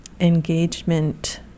engagement